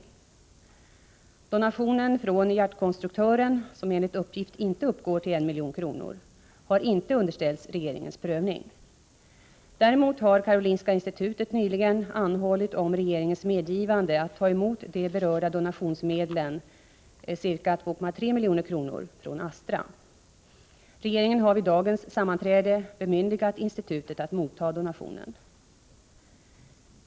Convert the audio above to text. Den donation som givits av hjärtkonstruktören och som enligt uppgift inte uppgår till 1 milj.kr. har inte underställts regeringens prövning. Däremot har Karolinska institutet nyligen anhållit om regeringens medgivande att ta emot de berörda donationsmedlen — ca 2,3 milj.kr. — från Astra. Regeringen har vid dagens sammanträde bemyndigat institutet att motta donationen.